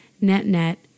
net-net